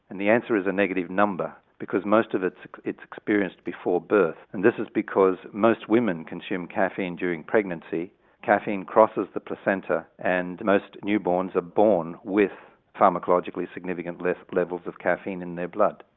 and the answer is a negative number because most of it's it's experienced before birth. and this is because most women consume caffeine during pregnancy caffeine crosses the placenta and most newborns are born with pharmacologically significantly levels of caffeine in their blood.